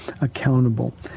accountable